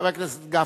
חבר הכנסת גפני,